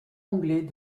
anglais